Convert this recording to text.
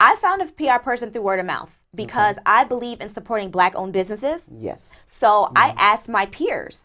i found of p r person through word of mouth because i believe in supporting black owned businesses yes so i asked my peers